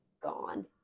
gone